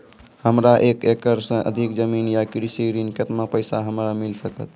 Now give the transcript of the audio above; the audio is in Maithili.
हमरा एक एकरऽ सऽ अधिक जमीन या कृषि ऋण केतना पैसा हमरा मिल सकत?